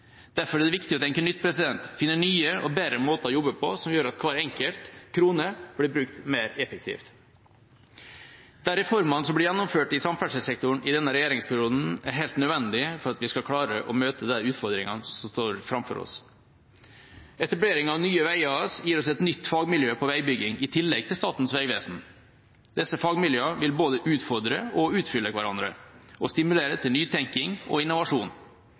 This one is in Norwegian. Derfor er det viktig å tenke nytt, finne nye og bedre måter å jobbe på som gjør at hver enkelt krone blir brukt mer effektivt. De reformene som blir gjennomført i samferdselssektoren i denne regjeringsperioden, er helt nødvendige for at vi skal klare å møte de utfordringene som står foran oss. Etableringen av Nye Veier AS gir oss et nytt fagmiljø på veibygging i tillegg til Statens vegvesen. Disse fagmiljøene vil både utfordre og utfylle hverandre og stimulere til nytenkning og innovasjon.